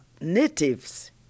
natives